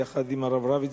יחד עם הרב רביץ,